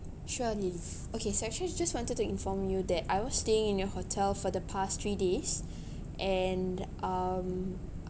sure lily okay it's actually just wanted to inform you that I was staying in your hotel for the past three days and um